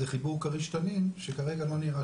זה חיבור כריש-תנין שכרגע לא נראה